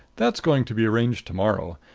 that's going to be arranged to-morrow.